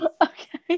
okay